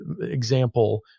example